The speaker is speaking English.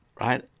right